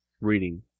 Reading